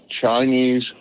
Chinese